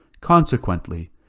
Consequently